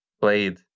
played